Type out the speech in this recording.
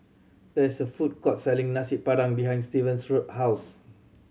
there is a food court selling Nasi Padang behind Stevan's Road house